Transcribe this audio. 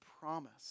promise